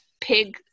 pig